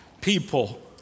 people